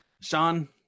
sean